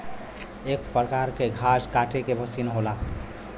एक परकार के घास काटे के मसीन होला